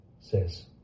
Says